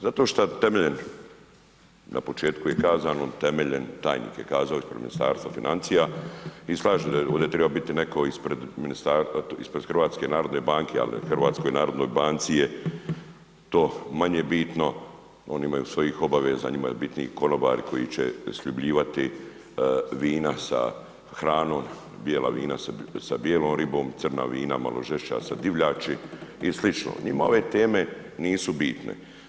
Zato šta temelje, na početku kazano temeljem, tajnik je kazao ispred Ministarstva financija i slažem se da je ovde trebao bitni netko ispred HNB-a, ali HNB-u je to manje bitno, oni imaju svojih obaveza, njima je bitniji konobari koji će sljubljivati vina sa hranom, bijela vina sa bijelom ribom, crna vina malo žešća sa divljači i sl., njima ove teme nisu bitne.